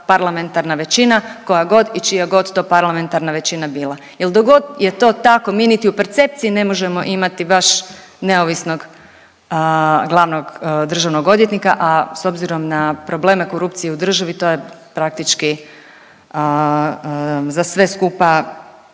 parlamentarna većina koja god i čija god to parlamentarna većina bila jel dok god je to tako mi niti u percepciji ne možemo imati baš neovisnog glavnog državnog odvjetnika, a s obzirom na probleme korupcije u državi to je praktički za sve skupa